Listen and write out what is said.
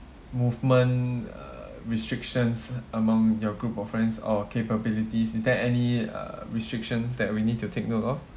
movement uh restrictions among your group of friends or capabilities is there any uh restrictions that we need to take note of